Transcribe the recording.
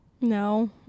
No